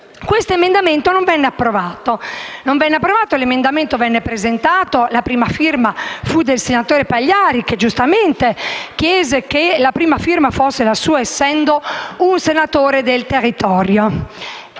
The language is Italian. L'emendamento non venne approvato. L'emendamento era stato presentato dal senatore Pagliari, che giustamente chiese che la prima firma fosse la sua essendo un senatore del territorio.